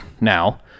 now